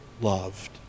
loved